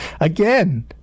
again